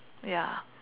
ya